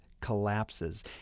collapses